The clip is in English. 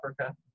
Africa